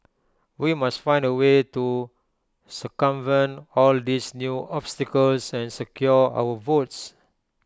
we must find A way to circumvent all these new obstacles and secure our votes